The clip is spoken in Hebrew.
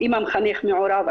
אם המחנך מעורב,